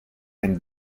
and